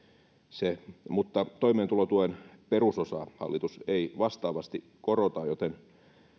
se mutta toimeentulotuen perusosaa hallitus ei vastaavasti korota joten